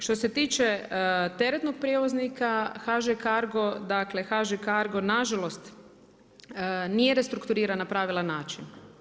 Što se tiče teretnog prijevoznika HŽ CARGO, dakle HŽ CARGO na žalost nije restrukturiran na pravilan način.